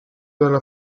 dalla